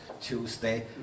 tuesday